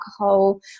alcohol